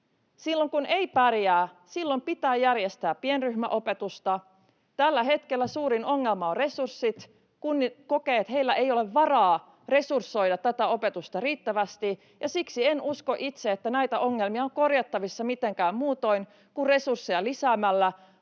Silloin kun ei pärjää, pitää järjestää pienryhmäopetusta. Tällä hetkellä suurin ongelma ovat resurssit: kunnat kokevat, että heillä ei ole varaa resursoida tätä opetusta riittävästi. Siksi en usko itse, että nämä ongelmat ovat korjattavissa mitenkään muutoin kuin resursseja lisäämällä.